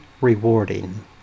rewarding